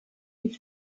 die